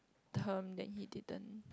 term that he didn't